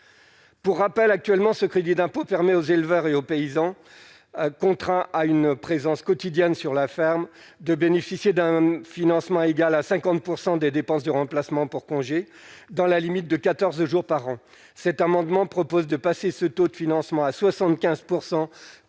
pour rappel, actuellement ce crédit d'impôt permet aux éleveurs et aux paysans, contraint à une présence quotidienne sur la ferme de bénéficier d'un financement égal à 50 % des dépenses de remplacement pour congés dans la limite de 14 jours par an, cet amendement propose de passer ce taux de financement à 75